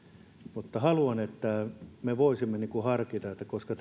haluan että me voisimme harkita tätä koska